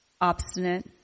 obstinate